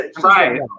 Right